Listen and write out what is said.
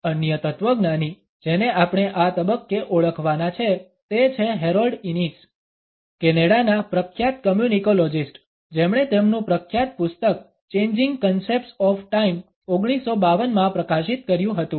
અન્ય તત્વજ્ઞાની જેને આપણે આ તબક્કે ઓળખવાના છે તે છે હેરોલ્ડ ઈનિસ કેનેડાના પ્રખ્યાત કમ્યુનિકોલોજિસ્ટ જેમણે તેમનું પ્રખ્યાત પુસ્તક ચેંજિંગ કંસેપ્ટ્સ ઓફ ટાઈમ 1952 માં પ્રકાશિત કર્યું હતું